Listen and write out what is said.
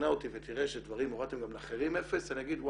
תשכנע אותי ותראה שהורדתם גם לאחרים אפס אני אגיד,